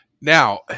Now